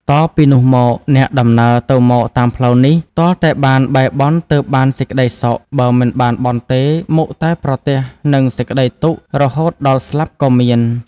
តពីនោះមក អ្នកដំណើរទៅមកតាមផ្លូវនេះ ទាល់តែបានបែរបន់ទើបបានសេចក្ដីសុខ បើមិនបានបន់ទេ មុខតែប្រទះនឹងសេចក្ដីទុក្ខ រហូតដល់ស្លាប់ក៏មាន ។